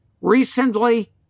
recently